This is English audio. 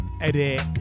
edit